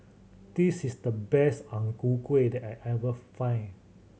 this is the best Ang Ku Kueh that I ever find